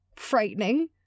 frightening